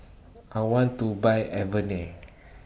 I want to Buy Avene